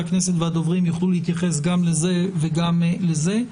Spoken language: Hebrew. הכנסת והדוברים יוכלו להתייחס גם לזה וגם לזה.